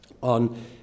on